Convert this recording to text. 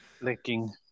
Licking